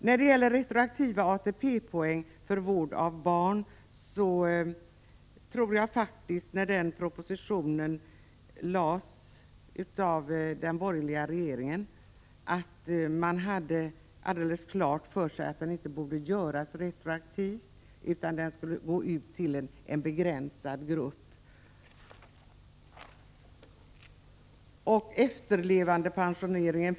När det gäller retroaktiv ATP-poäng för vård av barn tror jag att det var så, när den propositionen lades fram av den borgerliga regeringen, att man hade helt klart för sig att det gällde en begränsad grupp och att reglerna inte borde få retroaktiv verkan. Det finns synpunkter på efterlevandepensioneringen.